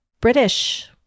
british